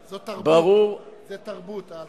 ברור, זו תרבות.